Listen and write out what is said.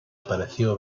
apareció